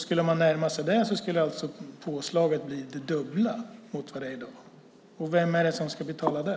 Skulle man närma sig det skulle påslaget bli det dubbla mot vad det är i dag. Vem är det som ska betala det?